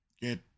get